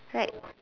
right